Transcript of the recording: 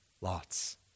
Lot's